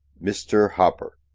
mr. hopper.